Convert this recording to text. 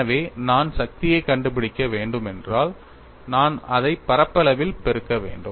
எனவே நான் சக்தியைக் கண்டுபிடிக்க வேண்டும் என்றால் நான் அதை பரப்பளவில் பெருக்க வேண்டும்